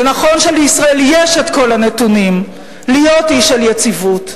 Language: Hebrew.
זה נכון שלישראל יש כל הנתונים להיות אי של יציבות,